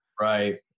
right